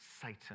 Satan